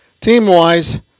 team-wise